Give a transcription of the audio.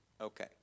okay